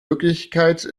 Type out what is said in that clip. wirklichkeit